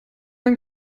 ein